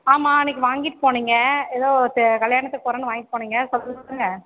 ஆமாம் அன்றைக்கி வாங்கிட்டு போனீங்க ஏதோ ச கல்யாணத்துக்கு போறேன்னு வாங்கிட்டு போனீங்க சொல்லுங்க